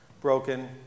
broken